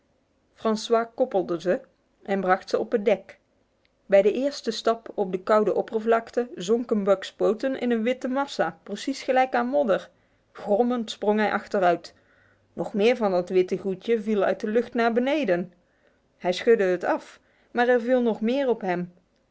francois koppelde hen en bracht hen op het dek bij de eerste stap op de koude oppervlakte zonken buck's poten in een witte massa precies gelijk aan modder grommend sprong hij achteruit nog meer van dat witte goedje viel uit de lucht naar beneden hij schudde het af maar er viel nog meer op hem